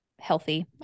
healthy